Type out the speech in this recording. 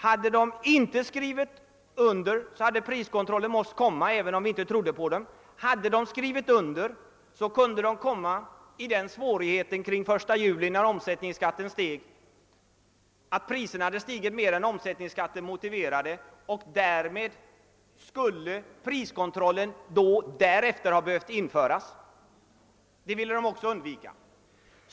Hade de inte skrivit under, hade en priskontroll "måst komma till stånd, även om vi inte trodde på den. De skul: le då ha kunnat komma i den situationen inför 1 juli att priserna stigit mer än ökningen av omsättningsskatten motiverade, och därmed skulle priskontrollreformen ha behövt införas. Det vilte de också undvika.